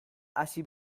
hasi